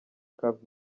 cap